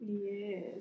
Yes